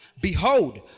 Behold